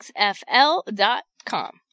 xfl.com